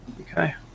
Okay